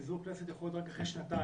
פיזור כנסת יכול להיות רק אחרי שנתיים,